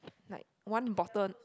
like one bottle